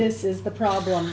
this is the problem